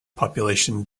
population